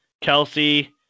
Kelsey